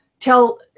tell